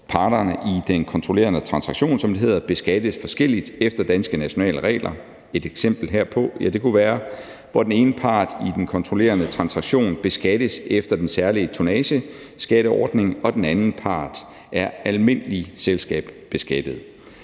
parterne i den kontrollerede transaktion, som det hedder, beskattes forskelligt efter danske nationale regler. Et eksempel herpå kunne være, at den ene part i den kontrollerede transaktion beskattes efter den særlige tonnageskatteordning og den anden part er almindeligt selskabsbeskattet.